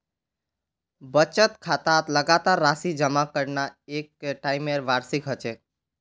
बचत खातात लगातार राशि जमा करना एक टाइपेर वार्षिकी ह छेक